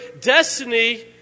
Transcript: destiny